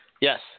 Yes